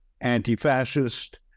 anti-fascist